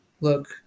look